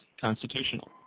constitutional